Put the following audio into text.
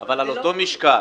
אבל על אותו משקל